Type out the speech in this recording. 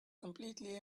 completely